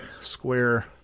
Square